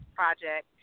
project